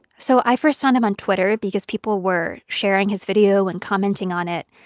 so i first found him on twitter because people were sharing his video and commenting on it.